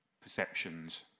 perceptions